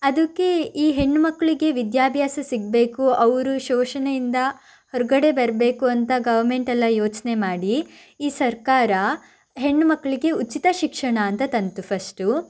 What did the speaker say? ಅದಕ್ಕೆ ಈ ಹೆಣ್ಣುಮಕ್ಕಳಿಗೆ ವಿದ್ಯಾಭ್ಯಾಸ ಸಿಗಬೇಕು ಅವರು ಶೋಷಣೆಯಿಂದ ಹೊರಗಡೆ ಬರಬೇಕು ಅಂತ ಗೌರ್ಮೆಂಟೆಲ್ಲ ಯೋಚನೆ ಮಾಡಿ ಈ ಸರ್ಕಾರ ಹೆಣ್ಣುಮಕ್ಕಳಿಗೆ ಉಚಿತ ಶಿಕ್ಷಣ ಅಂತ ತಂದಿತು ಫಸ್ಟು